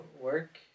work